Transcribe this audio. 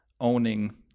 owning